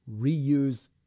reuse